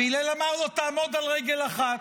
והלל אמר לו: תעמוד על רגל אחת.